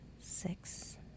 six